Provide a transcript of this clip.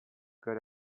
good